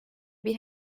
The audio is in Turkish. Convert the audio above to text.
bir